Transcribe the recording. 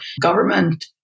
government